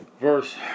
Verse